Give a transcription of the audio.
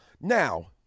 Now